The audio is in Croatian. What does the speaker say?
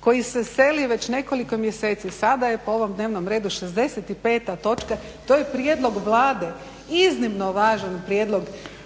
koji se seli već nekoliko mjeseci, sada je po ovom dnevnom redu 65. točka, to je prijedlog Vlade iznimno važan prijedlog.